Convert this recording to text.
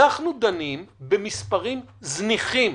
אנחנו דנים במספרים זניחים,